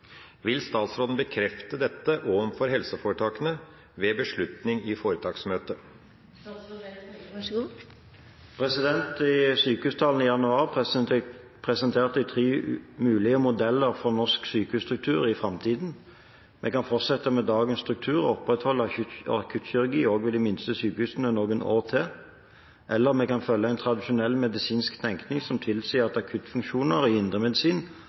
Vil statsråden bekrefte dette overfor helseforetakene ved beslutning i foretaksmøte?» I sykehustalen i januar presenterte jeg tre mulige modeller for norsk sykehusstruktur i framtiden: Vi kan fortsette med dagens struktur og opprettholde akuttkirurgi også ved de minste sykehusene noen år til, eller vi kan følge en tradisjonell medisinsk tenkning som tilsier at akuttfunksjoner i indremedisin